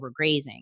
overgrazing